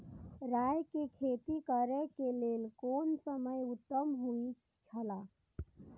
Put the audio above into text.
राय के खेती करे के लेल कोन समय उत्तम हुए छला?